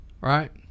right